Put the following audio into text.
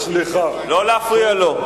לא להפריע לו.